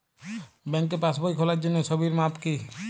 ব্যাঙ্কে পাসবই খোলার জন্য ছবির মাপ কী?